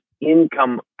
income